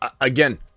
Again